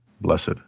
blessed